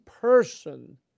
person